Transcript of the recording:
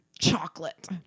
chocolate